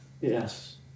Yes